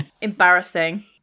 embarrassing